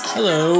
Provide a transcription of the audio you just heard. Hello